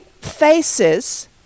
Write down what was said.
faces